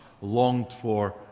longed-for